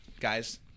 Guys